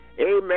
Amen